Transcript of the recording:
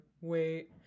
Wait